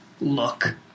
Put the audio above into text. look